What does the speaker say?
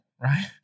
right